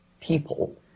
people